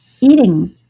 Eating